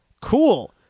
cool